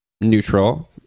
neutral